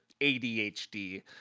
ADHD